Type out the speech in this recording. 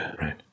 Right